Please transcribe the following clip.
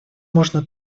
можно